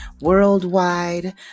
worldwide